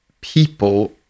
people